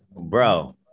bro